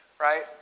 right